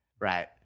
Right